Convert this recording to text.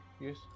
yes